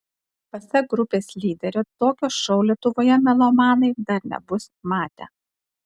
pasak grupės lyderio tokio šou lietuvoje melomanai dar nebus matę